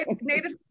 native